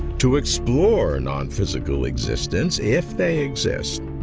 to explore nonphysical existence, if they exist,